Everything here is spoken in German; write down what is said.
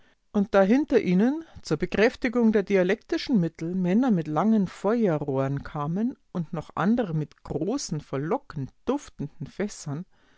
und da hinter ihnen zur bekräftigung der dialektischen mittel männer mit langen feuerrohren kamen und noch andere mit großen verlockend duftenden fässern